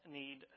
need